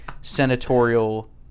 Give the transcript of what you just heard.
senatorial